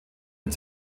mit